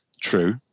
true